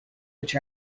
which